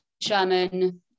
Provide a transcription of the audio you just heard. Sherman